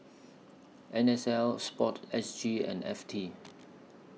N S L Sport S G and F T